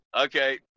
Okay